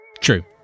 True